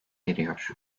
eriyor